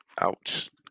Ouch